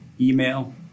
Email